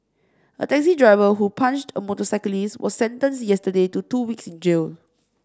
a taxi driver who punched a motorcyclist was sentenced yesterday to two weeks in jail